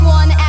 one